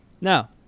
Now